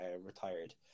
retired